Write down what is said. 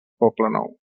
poblenou